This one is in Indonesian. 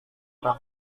arah